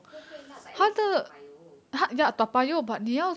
不会 lah but at least 是 toa payoh